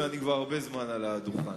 ואני כבר הרבה זמן על הדוכן.